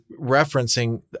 referencing